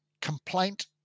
complaint